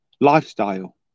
lifestyle